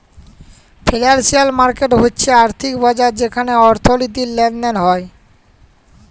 financial market হচ্যে আর্থিক বাজার যেখালে অর্থনীতির লেলদেল হ্য়েয়